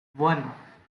one